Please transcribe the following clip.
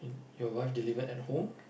your one delivered at home